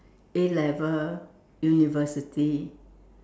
A-level university